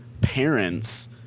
parents